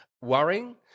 worrying